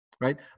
right